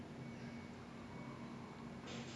all these like physics lah சேந்து வருது:senthu varuthu